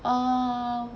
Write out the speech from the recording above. um